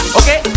okay